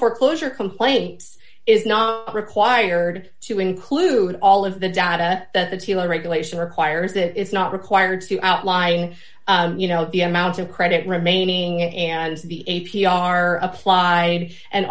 foreclosure complaint is not required to include all of the data that the regulation requires that it's not required to outlying you know the amount of credit remaining it and the a p r applied and